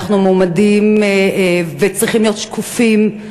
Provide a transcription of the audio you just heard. אנחנו מועמדים, וצריכים להיות שקופים,